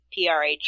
PRH